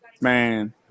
man